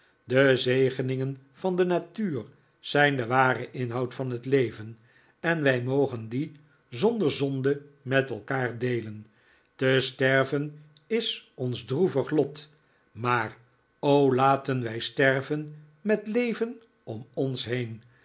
de zegeningen van de natuur zijn de ware inhoud van het leven en wij mogen die zonder zonde met elkaar deelen te sterven is ons droevig lot maar o laten wij sterven met leven om ons heen